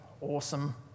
awesome